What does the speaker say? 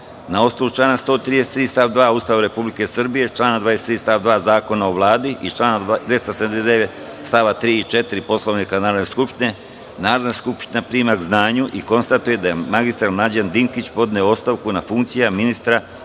osnovu člana 133. stav 2. Ustava Republike Srbije, člana 23. stav 2. Zakona o Vladi i člana 279. st. 3. i 4. Poslovnika Narodne skupštine, Narodna skupština prima k znanju i konstatuje da je mr Mlađan Dinkić podneo ostavku na funkciju ministra finansija